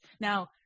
Now